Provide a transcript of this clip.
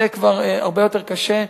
זה כבר הרבה יותר קשה.